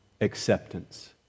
acceptance